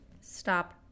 stop